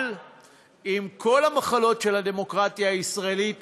אבל עם כל המחלות של הדמוקרטיה הישראלית,